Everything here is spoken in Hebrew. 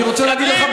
אני רוצה להגיד לך,